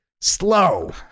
Slow